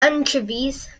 anchovies